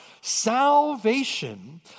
Salvation